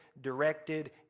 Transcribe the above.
directed